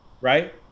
right